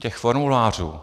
Těch formulářů!